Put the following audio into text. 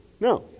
No